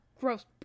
Gross